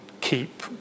keep